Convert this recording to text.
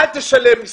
אל תשלם מסים,